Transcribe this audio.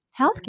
healthcare